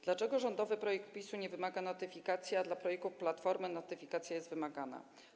Dlaczego rządowy projekt ustawy PiS nie wymaga notyfikacji, a dla projektów Platformy notyfikacja jest wymagana?